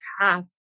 path